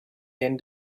end